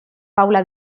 paula